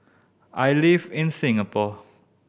I live in Singapore